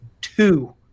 two